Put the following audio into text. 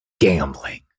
Gambling